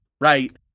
right